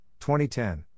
2010